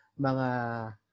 mga